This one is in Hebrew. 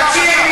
תקשיב,